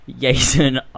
Jason